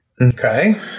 Okay